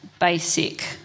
basic